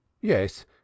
Yes